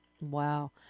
Wow